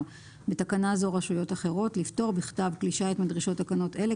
(בתקנה זו רשויות אחרות לפטור בכתב כלי שיט מדרישות תקנות אלה,